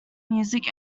music